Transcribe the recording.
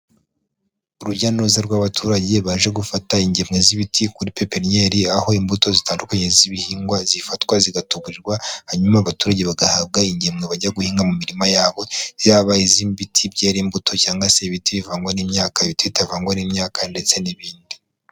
Urujya n'uruza rw'abaturage baje gufata ingemwe z'ibiti kuri pepennyeri, aho imbuto zitandukanye z'ibihingwa zifatwa zigatuguburwa, hanyuma abaturage bagahabwa ingemwe bajya guhinga mu mirima yabo, yaba iz'ibiti byera imbuto cyangwa se ibiti bivangwa n'imyaka, ibiti itavangwa n'imyaka ndetse n'ibindi.